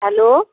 hello